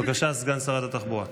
בבקשה, סגן שרת התחבורה.